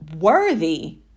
worthy